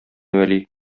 вәли